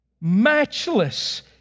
matchless